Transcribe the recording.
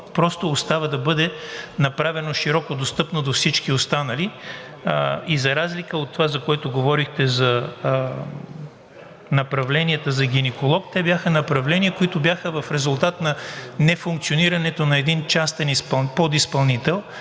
просто остава да бъде направено широко достъпно до всички останали. А за това, за което говорихте за направленията за гинеколог – те бяха направления, които бяха в резултат на нефункционирането на един частен подизпълнител,